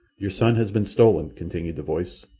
your son has been stolen, continued the voice,